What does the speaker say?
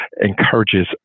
encourages